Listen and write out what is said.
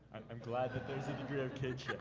i'm glad that there's a degree of kinship.